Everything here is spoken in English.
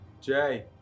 Jay